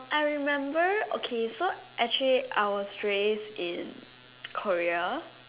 I remember okay so actually I was raised in Korea